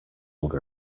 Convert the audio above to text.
little